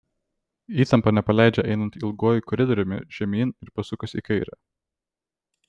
įtampa nepaleidžia einant ilguoju koridoriumi žemyn ir pasukus į kairę